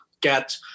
get